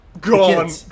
Gone